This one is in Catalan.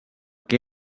que